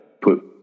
put